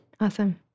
awesome